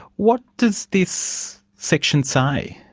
what does this section say?